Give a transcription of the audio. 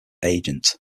agent